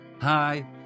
Hi